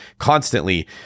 constantly